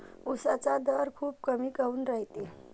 उसाचा दर खूप कमी काऊन रायते?